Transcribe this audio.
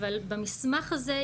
אבל במסמך הזה,